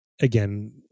again